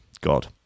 God